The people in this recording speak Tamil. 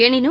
எனினும்